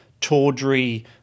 tawdry